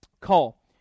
call